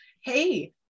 hey